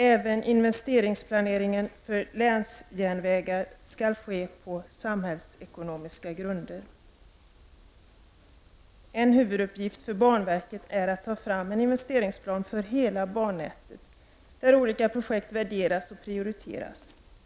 Även investeringsplaneringen för länsjärnvägar skall ske på samhällsekonomiska grunder. En huvuduppgift för banverket är att ta fram en investeringsplan för hela bannätet där olika projekt värderas och prioriteras.